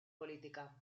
política